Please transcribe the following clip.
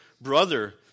brother